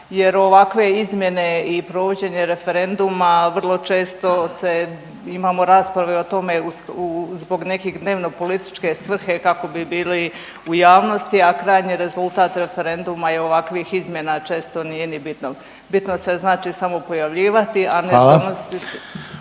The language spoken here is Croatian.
jer ovakve izmjene i provođenje referenduma vrlo često se imamo rasprave o tome zbog nekih dnevno političke svrhe kako bi bili u javnosti, a krajnji rezultat referenduma i ovakvih izmjena često nije ni bitno. Bitno se znači se samo pojavljivati, a ne …/Upadica